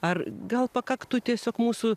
ar gal pakaktų tiesiog mūsų